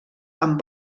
amb